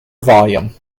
volume